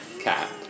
cat